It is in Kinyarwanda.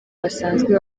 basanzwe